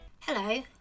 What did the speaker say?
Hello